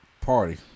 party